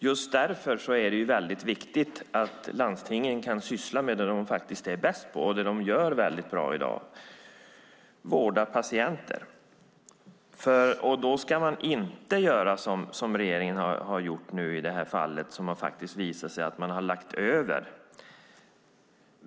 Just därför är det väldigt viktigt att landstingen kan syssla med det de är bäst på och det de gör väldigt bra i dag, nämligen vårda patienter.